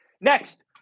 Next